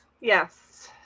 Yes